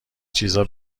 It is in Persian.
چیزا